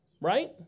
Right